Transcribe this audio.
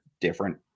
different